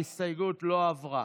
ההסתייגות לא עברה.